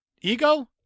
Ego